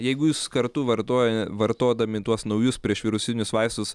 jeigu jūs kartu vartoja vartodami tuos naujus priešvirusinius vaistus